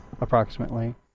approximately